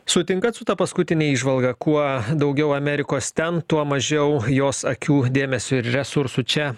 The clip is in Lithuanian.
sutinkat su ta paskutine įžvalga kuo daugiau amerikos ten tuo mažiau jos akių dėmesio ir resursų čia